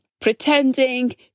pretending